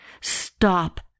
Stop